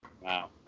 wow